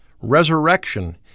resurrection